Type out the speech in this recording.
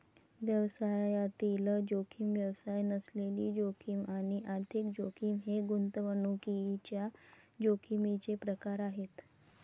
व्यवसायातील जोखीम, व्यवसाय नसलेली जोखीम आणि आर्थिक जोखीम हे गुंतवणुकीच्या जोखमीचे प्रकार आहेत